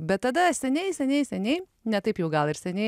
bet tada seniai seniai seniai ne taip jau gal ir seniai